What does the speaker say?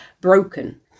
broken